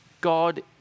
God